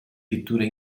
pitture